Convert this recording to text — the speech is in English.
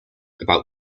about